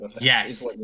Yes